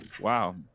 wow